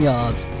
Yards